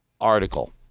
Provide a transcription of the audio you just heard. article